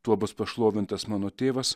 tuo bus pašlovintas mano tėvas